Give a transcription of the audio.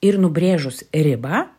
ir nubrėžus ribą